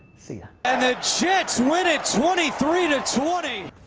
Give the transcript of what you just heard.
see ya! and the jets win at twenty three to twenty!